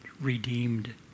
redeemed